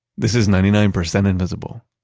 this is ninety nine percent invisible.